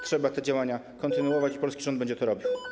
Trzeba te działania kontynuować i polski rząd będzie to robił.